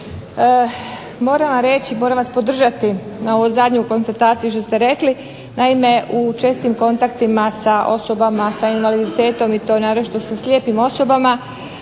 moram vas podržati na ovu zadnju konstataciju što ste rekli. Naime u čestim kontaktima sa osobama sa invaliditetom, i to naročito sa slijepim osobama